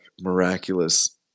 miraculous